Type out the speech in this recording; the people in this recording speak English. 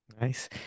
Nice